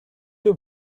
two